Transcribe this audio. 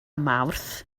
mawrth